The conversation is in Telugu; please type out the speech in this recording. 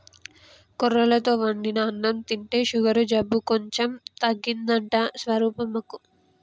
కొర్రలతో వండిన అన్నం తింటే షుగరు జబ్బు కొంచెం తగ్గిందంట స్వరూపమ్మకు